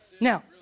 now